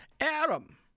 Adam